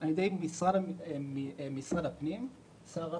על ידי משרד הפנים, שר הפנים,